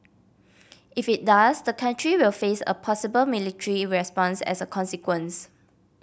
if it does the country will face a possible military response as a consequence